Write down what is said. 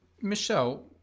Michelle